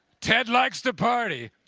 ted likes to party!